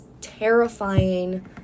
terrifying